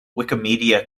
wikimedia